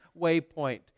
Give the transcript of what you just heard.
waypoint